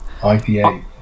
IPA